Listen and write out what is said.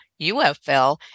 UFL